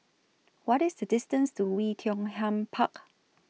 What IS The distance to Oei Tiong Ham Park